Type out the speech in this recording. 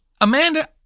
Amanda